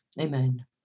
Amen